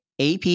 AP